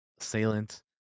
assailant